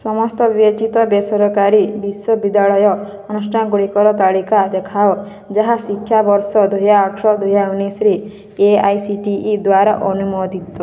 ସମସ୍ତ ବିବେଚିତ ବେସରକାରୀ ବିଶ୍ୱବିଦ୍ୟାଳୟ ଅନୁଷ୍ଠାନ ଗୁଡ଼ିକର ତାଲିକା ଦେଖାଅ ଯାହା ଶିକ୍ଷାବର୍ଷ ଦୁଇହଜାର ଅଠର ଦୁଇହଜାର ଉଣେଇଶରେ A I C T E ଦ୍ଵାରା ଅନୁମୋଦିତ